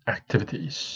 Activities